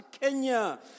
Kenya